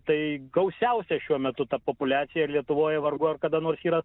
tai gausiausia šiuo metu ta populiacija lietuvoj vargu ar kada nors yra